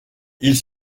ils